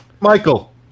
Michael